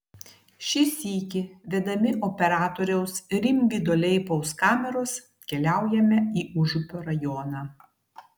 šį sykį vedami operatoriaus rimvydo leipaus kameros keliaujame į užupio rajoną